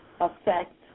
affect